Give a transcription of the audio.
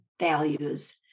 values